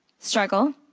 struggle.